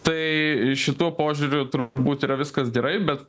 tai šituo požiūriu turbūt yra viskas gerai bet